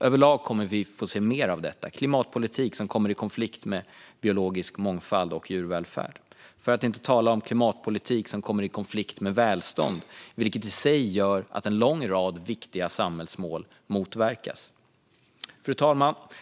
Överlag kommer vi att få se mer av detta, det vill säga klimatpolitik som kommer i konflikt med biologisk mångfald och djurvälfärd - för att inte tala om klimatpolitik som kommer i konflikt med välstånd, vilket i sig gör att en lång rad viktiga samhällsmål motverkas.